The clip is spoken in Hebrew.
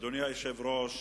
אדוני היושב-ראש,